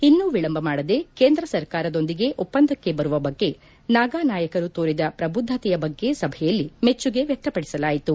ಇನ್ನೂ ವಿಳಂಬ ಮಾಡದೆ ಕೇಂದ್ರ ಸರ್ಕಾರದೊಂದಿಗೆ ಒಪ್ಪಂದಕ್ಕೆ ಬರುವ ಬಗ್ಗೆ ನಾಗಾ ನಾಯಕರು ತೋರಿದ ಪ್ರಬುದ್ಗತೆಯ ಬಗ್ಗೆ ಸಭೆಯಲ್ಲಿ ಮೆಚ್ಚುಗೆ ವ್ಯಕ್ತಪಡಿಸಲಾಯಿತು